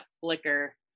flicker